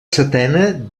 setena